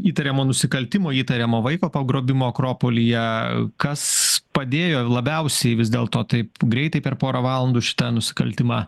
įtariamo nusikaltimo įtariamo vaiko pagrobimo akropolyje kas padėjo labiausiai vis dėlto taip greitai per porą valandų šitą nusikaltimą